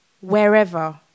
wherever